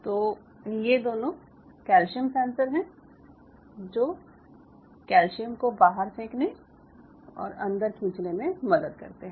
तो ये दोनों कैल्शियम सेंसर हैं जो कैल्शियम को बाहर फेंकने और अंदर खींचने में मदद करते हैं